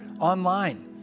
online